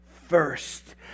first